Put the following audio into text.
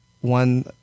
one